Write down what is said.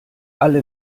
alle